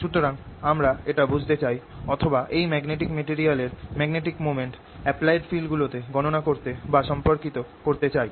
সুতরাং আমরা এটা বুঝতে চাই অথবা এই ম্যাগনেটিক মেটেরিয়াল এর ম্যাগনেটিক মোমেন্ট অ্যাপ্লায়েড ফিল্ড গুলো তে গণনা করতে বা সম্পর্কিত করতে চাই